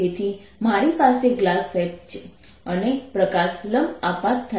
તેથી મારી પાસે ગ્લાસ સ્લેબ છે અને પ્રકાશ લંબ આપાત થાય છે